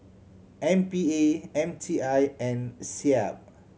M P A M T I and SEAB